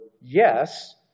yes